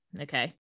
Okay